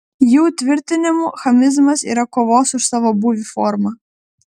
jų tvirtinimu chamizmas yra kovos už savo būvį forma